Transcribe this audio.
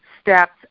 steps